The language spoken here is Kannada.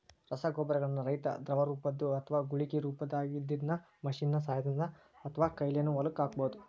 ರಸಗೊಬ್ಬರಗಳನ್ನ ರೈತಾ ದ್ರವರೂಪದ್ದು ಅತ್ವಾ ಗುಳಿಗಿ ರೊಪದಾಗಿದ್ದಿದ್ದನ್ನ ಮಷೇನ್ ನ ಸಹಾಯದಿಂದ ಅತ್ವಾಕೈಲೇನು ಹೊಲಕ್ಕ ಹಾಕ್ಬಹುದು